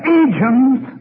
agents